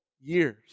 years